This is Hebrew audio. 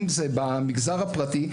אם זה במגזר הפרטי,